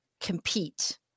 compete